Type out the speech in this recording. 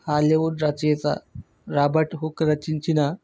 Hollywood రచయిత Robert Hooke రచించిన